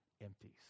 empties